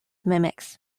mimics